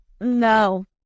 No